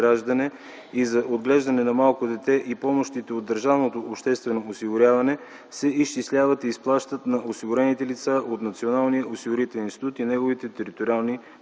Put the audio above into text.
и за отглеждане на малко дете и помощите от Държавното обществено осигуряване се изчисляват и изплащат на осигурените лица от Националния осигурителен институт и неговите териториални поделения.